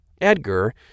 EDGAR